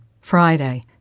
Friday